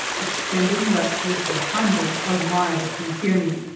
extending westward for hundreds of miles from kearney,